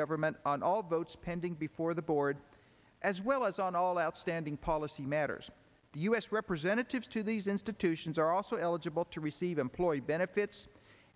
government on all votes pending before the board as well as on all outstanding policy matters the u s representatives to these institutions are also eligible to receive employee benefits